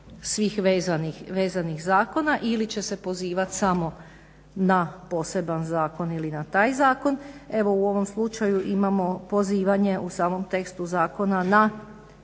svih vezanih zakona ili će se pozivati samo na poseban zakon ili na taj zakon. Evo u ovom slučaju imamo pozivanje u samom tekstu zakona na